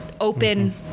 open